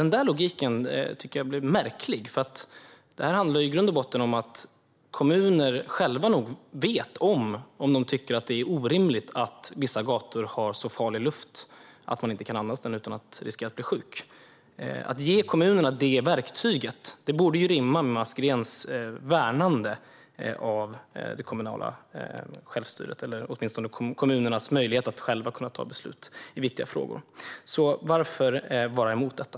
Den logiken tycker jag blir märklig, för detta handlar i grund och botten om att kommuner nog själva vet om det är orimligt att vissa gator har så farlig luft att man inte kan andas in den utan att riskera att bli sjuk. Att ge kommunerna detta verktyg borde rimma med Mats Greens värnande av det kommunala självstyret eller åtminstone kommunernas möjlighet att själva ta beslut i viktiga frågor. Varför vara emot detta?